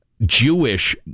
Jewish